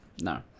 No